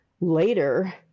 later